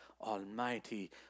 Almighty